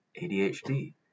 ADHD